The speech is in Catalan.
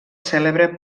cèlebre